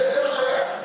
זה מה שהיה.